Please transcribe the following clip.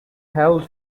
held